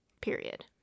Period